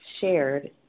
shared